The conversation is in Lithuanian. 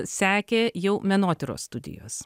sekė jau menotyros studijos